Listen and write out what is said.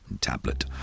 Tablet